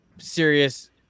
serious